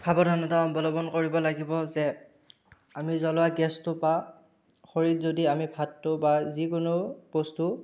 সাৱধানতা অৱলম্বন কৰিব লাগিব যে আমি জলোৱা গেছটো বা খৰিত যদি আমি ভাতটো বা যিকোনো বস্তু